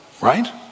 Right